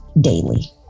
daily